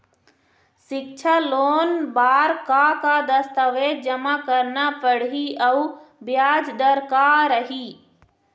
सिक्छा लोन बार का का दस्तावेज जमा करना पढ़ही अउ ब्याज दर का रही?